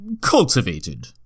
cultivated